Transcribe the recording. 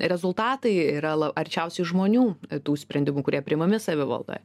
rezultatai yra arčiausiai žmonių tų sprendimų kurie priimami savivaldoje